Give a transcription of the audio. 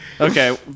Okay